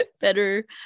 better